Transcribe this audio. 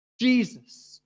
Jesus